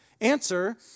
Answer